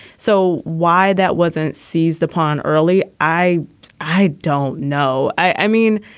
so why that wasn't seized upon early. i i don't know. i mean,